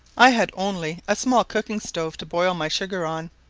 i had only a small cooking-stove to boil my sugar on,